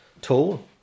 tool